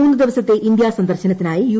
മൂന്ന് ദിവസത്തെ ഇന്ത്യാ സന്ദർശനത്തിനായി യു